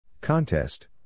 Contest